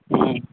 हुँ